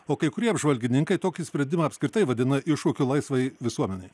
o kai kurie apžvalgininkai tokį sprendimą apskritai vadina iššūkiu laisvai visuomenei